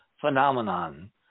phenomenon